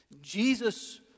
Jesus